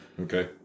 Okay